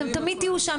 תמיד תהיו שם.